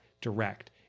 direct